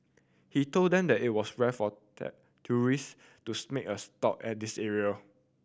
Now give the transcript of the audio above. he told them that it was rare for tourist to make a stop at this area